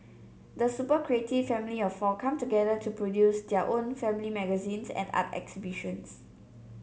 the super creative family of four come together to produce their own family magazines and art exhibitions